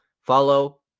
follow